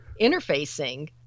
interfacing